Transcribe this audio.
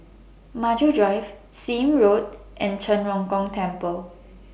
Maju Drive Seah Im Road and Zhen Ren Gong Temple